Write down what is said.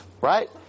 right